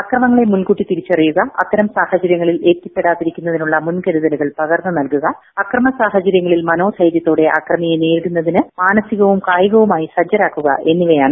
അക്രമങ്ങളെ മുൻകൂട്ടി തിരിച്ചറിയുക് അ്ത്തരം സാഹചര്യങ്ങളിൽ എത്തിപ്പെടാതിരിക്കുന്നതിനുള്ള മുൻകരുതലുകൾ പകർന്നു നൽകുക അക്രമ സാഹചര്യങ്ങളീൽ മനോധൈര്യത്തോടെ അക്രമിയെ നേരിടുന്നതിന് മ്മൂൻസികവും കായികവുമായി സജ്ജരാക്കുക എന്നിവയാണ്